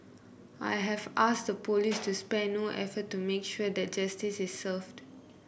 I have asked the police to spare no effort to make sure that justice is served